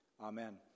Amen